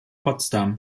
potsdam